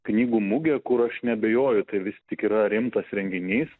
knygų mugė kur aš neabejoju tai vis tik yra rimtas renginys